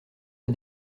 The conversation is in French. pas